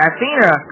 Athena